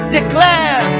Declare